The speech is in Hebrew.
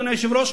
אדוני היושב-ראש,